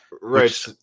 Right